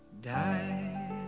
died